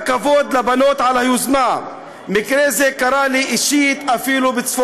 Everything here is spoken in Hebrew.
יכולה לשבת ולקרוא קריאות ביניים, בקצב